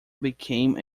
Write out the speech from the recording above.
became